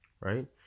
right